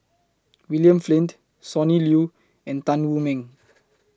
William Flint Sonny Liew and Tan Wu Meng